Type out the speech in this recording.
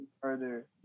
further